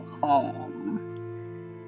home